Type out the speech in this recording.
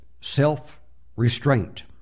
self-restraint